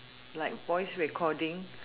like voice recording